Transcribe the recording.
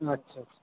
আচ্ছা আচ্ছা